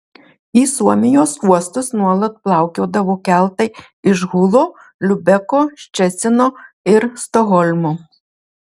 į suomijos uostus nuolat plaukiodavo keltai iš hulo liubeko ščecino ir stokholmo